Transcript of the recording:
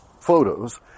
photos